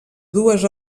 dues